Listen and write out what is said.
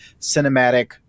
cinematic